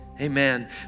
amen